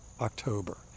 October